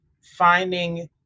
finding